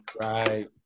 Right